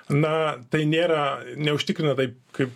na tai nėra neužtikrina taip kaip